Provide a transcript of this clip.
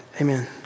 Amen